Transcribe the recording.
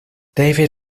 david